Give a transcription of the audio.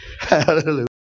Hallelujah